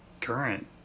current